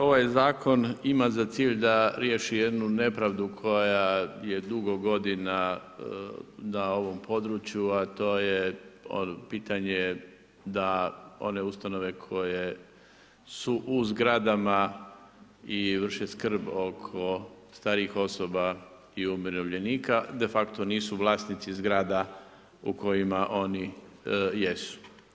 Ovaj zakon ima za cilj da riješi jednu nepravdu koja je dugo godina na ovom području a to je pitanje da one ustanove koje su u zgradama i vrše skrb oko starijih osoba i umirovljenika de facto nisu vlasnici zgrada u kojima oni jesu.